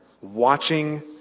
watching